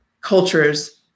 cultures